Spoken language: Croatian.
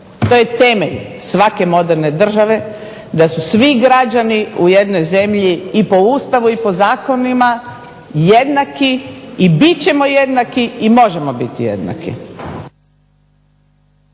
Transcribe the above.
To je temelj svake moderne države da su svi građani u jednoj zemlji i po Ustavu i po zakonima jednaki i bit ćemo jednaki i možemo biti jednaki.